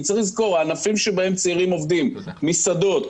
הענפים שבהם צעירים עובדים: מסעדות,